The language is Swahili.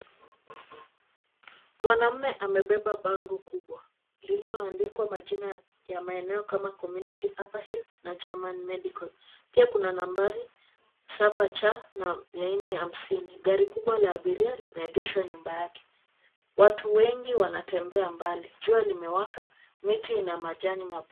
Mwanaume amebeba bango kubwa lililoandikwa majina ya maeneo kama community, Upperhill na German Medical, pia kuna nambari 7C na 450. Gari kubwa la abiria limeegeshwa nyuma yake. Watu wengi wanatembea mbali, jua limewaka miti ina majani.